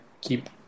keep